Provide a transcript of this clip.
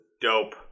dope